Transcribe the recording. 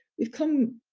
we've come